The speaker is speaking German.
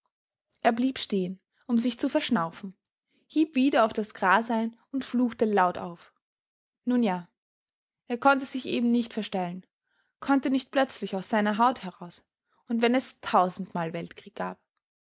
er blieb stehen um sich zu verschnaufen hieb wieder auf das gras ein und fluchte laut auf nun ja er konnte sich eben nicht verstellen konnte nicht plötzlich aus seiner haut heraus und wenn es tausendmal weltkrieg gab